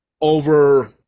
over